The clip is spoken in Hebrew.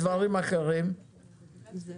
מה לגבי דברים אחרים, הם לא